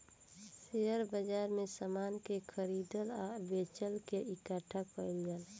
share बाजार में समान के खरीदल आ बेचल के इकठ्ठा कईल जाला